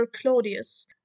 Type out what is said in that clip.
Claudius